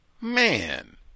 man